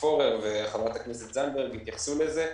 פורר וחברת הכנסת זנדברג התייחסו לזה.